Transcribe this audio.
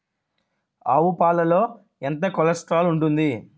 ఆవు పాలలో ఎంత కొలెస్ట్రాల్ ఉంటుంది?